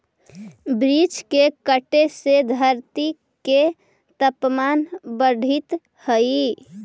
वृक्ष के कटे से धरती के तपमान बढ़ित हइ